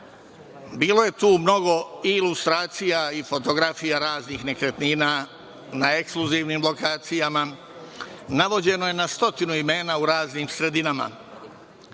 je tu mnogo ilustracija, fotografija raznih nekretnina na ekskluzivnim lokacija. Navođeno je na stotinu imena u raznim sredinama.